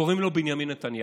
קוראים לו בנימין נתניהו,